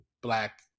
Black